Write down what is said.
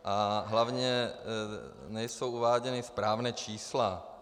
A hlavně nejsou uváděna správná čísla.